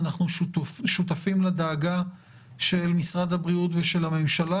אנחנו שותפים לדאגה של משרד הבריאות ושל הממשלה